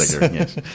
yes